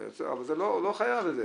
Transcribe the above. אבל זה לא חייב את זה.